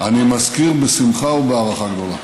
אני מזכיר בשמחה ובהערכה גדולה.